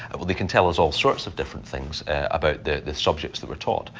and well, they can tell us all sorts of different things about the subjects that were taught.